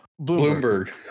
Bloomberg